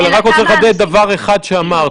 אבל אני רק רוצה לחדד דבר אחד שאמרת.